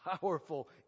powerful